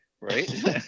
right